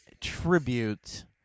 tribute